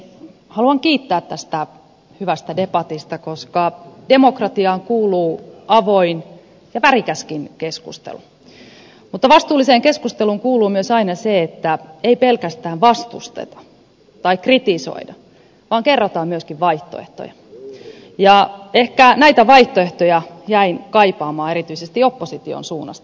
haluan kiittää tästä hyvästä debatista koska demokratiaan kuuluu avoin ja värikäskin keskustelu mutta vastuulliseen keskusteluun kuuluu myös aina se että ei pelkästään vastusteta tai kritisoida vaan kerrotaan myöskin vaihtoehtoja ja ehkä näitä vaihtoehtoja jäin kaipaamaan erityisesti opposition suunnasta